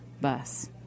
bus